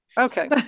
Okay